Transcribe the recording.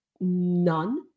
none